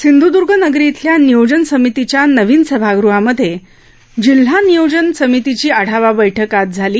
सिंधुदर्गनगरी इथल्या नियोजन समितीच्या नवीन सभागृहामध्ये जिल्हा नियोजन समितीची आढावा बैठक आज झाली